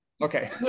okay